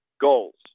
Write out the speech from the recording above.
goals